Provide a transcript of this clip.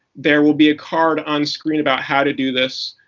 there will be a card on screen about how to do this.